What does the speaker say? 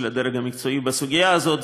של הדרג המקצועי בסוגיה הזאת.